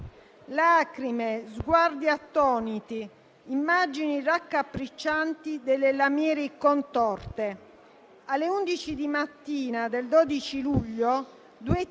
lacrime, sguardi attoniti e immagini raccapriccianti delle lamiere contorte. Alle 11 di mattina del 12 luglio